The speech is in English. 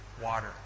water